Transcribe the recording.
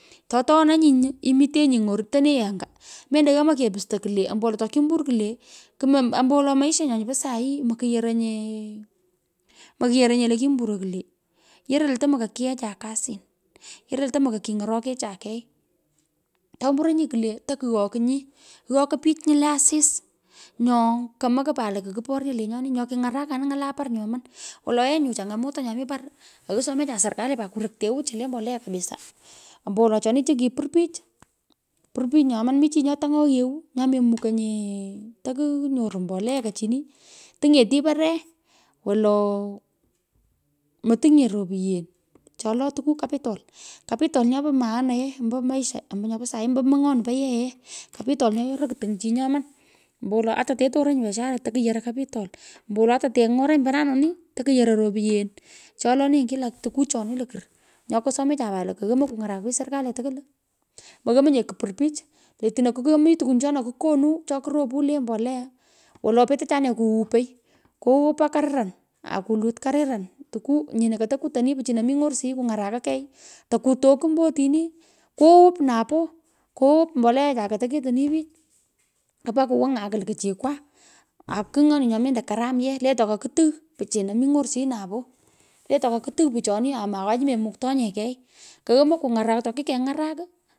To taani nyi imetenyi nyor tenai anga. mendo yomoi kepusto kwulee ombowolo tokimbur kwulee kumo ombowolo maishenyo nyu po sahi makuyoronyee. makuyoronyee lo kimburoi kwulee. yoroi lo tomo ko kiacha kasin. yomoi lo tomo ko kiny’orokecha kei mburonyi kwulee takuokinyi wokoy pich nyu le asis. Nyo. komokoi pat lo. Kakuporyo lenyoni nyo kinharakanin ny’ala par nyoman. Wole ye changamoto nyo mi par aku somecha pat serikali kureyteu chu lo mbolea kabisaa. ombowolo choni cha kipur pich. pur pich nyomon mi chi nyo tuny’ogh yewu memukonye takunyoru mboleaka chini. Tiny. eti pore. wolo metinyinye ropyen cho lo tuku capital. Capital nyopo maana ye ombo miasha nyopu sah. ombo mony’onu po ye yee. capital nyo yoroi kutiny chi ombowolo ora te toronyi biashara tukuyoroi capital ombowolo ate teny’oranyi paranoni takuyoroi ropyen chjo yolonenyi kla. tuku choni lokor. Nyo kosomecha par lo yomoi kuny’arak pich serikali tukwul meyomonye kupur pich. le otino komi tokwon chona kukonu cho kuropo le mbolea wolo peter chane kuhopoi pa kariran akulut koreran nyino koto kutani pichino mi ny’orsiyi kung’araka kei taku tokwu ombo otini kuhup napoo. kuhup mbolea ku choi ketoketoni pich kupo kuwiung aku lukwo chikwaa aa kigh nyoni nyo mendo karam yee lenye taka kutuw pichino mi ny’orshiyi napoo le tokakutuw pichoni angwanyi memukto nye kei. keyomoi. kung’arak ata kikeng’arak.